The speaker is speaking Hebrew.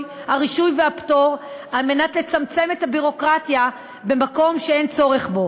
והפטור על מנת לצמצם את הביורוקרטיה במקום שאין צורך בו.